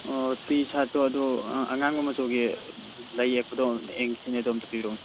ꯑꯣ ꯇꯤ ꯁꯥꯔꯠꯇꯣ ꯑꯗꯨ ꯑꯉꯥꯡꯕ ꯃꯆꯨꯒꯤ ꯂꯩ ꯌꯦꯛꯄꯗꯣ ꯌꯦꯡꯁꯤꯅꯦ ꯑꯗꯨ ꯑꯃꯨꯛꯇ ꯄꯤꯕꯤꯔꯛꯎꯅꯦ